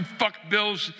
fuck-bills